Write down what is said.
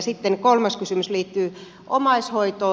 sitten kolmas kysymys liittyy omaishoitoon